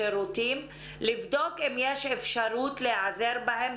לבדוק אם יש אפשרות להיעזר בהם,